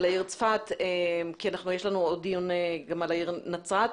העיר צפת כי יש לנו עוד דיון על העיר נצרת.